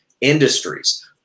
industries